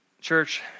Church